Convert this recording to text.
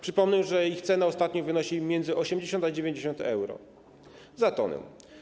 Przypomnę, że ich cena ostatnio wynosi między 80 a 90 euro za tonę.